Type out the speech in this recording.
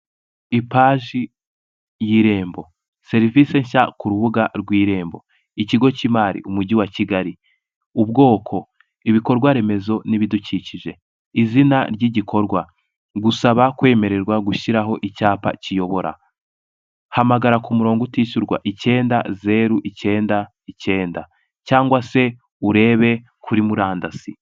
Ipaji y'irembo, serivisi nshya ku rubuga rw irembo, ikigo cy'imari umujyi wa Kigali, ubwoko, ibikorwa remezo n'ibidukikije, izina ry'igikorwa, gusaba kwemererwa gushyiraho icyapa kiyobora. Hamagara ku murongo utishyurwa icyenda, zeru, icyenda, icyenda, cyangwa se urebe kuri murandasi.